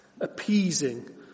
appeasing